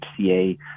HCA